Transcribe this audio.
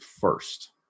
first